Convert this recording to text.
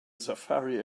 safari